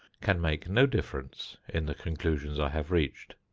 can make no difference in the conclusions i have reached.